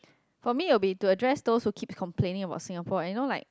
for me will be to address those who keep complaining about Singapore and you know like